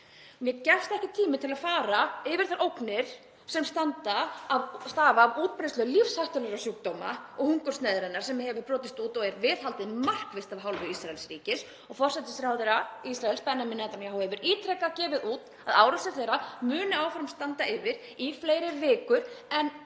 Mér gefst ekki tími til að fara yfir þær ógnir sem stafa af útbreiðslu lífshættulegra sjúkdóma og hungursneyðarinnar sem hefur brotist út og er viðhaldið markvisst af hálfu Ísraelsríkis. Forsætisráðherra Ísraels, Benjamin Netanyahu, hefur ítrekað gefið út að árásir þeirra muni áfram standa yfir í fleiri vikur ef